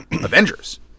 Avengers